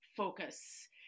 focus